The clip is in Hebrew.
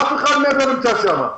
אף אחד מהם לא נמצא שם.